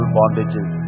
bondages